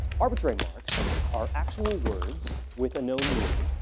arbitrary marks are actual words with a known meaning,